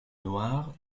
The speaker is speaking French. noires